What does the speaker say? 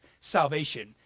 salvation